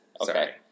Okay